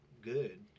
good